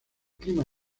clima